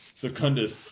Secundus